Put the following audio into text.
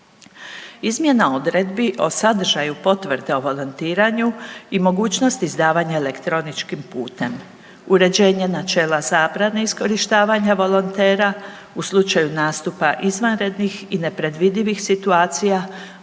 Izmjena odredbi o sadržaju potvrde o volontiranju i mogućnosti izdavanja elektroničkim putem, uređenje načela zabrane iskorištavanja volontera u slučaju nastupa izvanrednih i nepredvidivih situacija